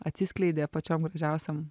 atsiskleidė pačiom gražiausiom